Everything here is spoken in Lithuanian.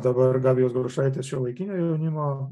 dabar gabijos grušaitės šiuolaikinio jaunimo